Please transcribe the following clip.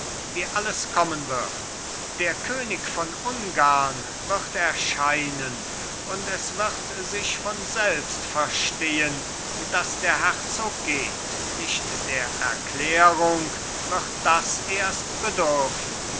wie alles kommen wird der könig von ungarn wird erscheinen und es wird sich von selbst verstehen daß der herzog geht nicht der erklärung wird das erst bedürfen